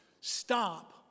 Stop